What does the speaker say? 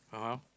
(uh huh)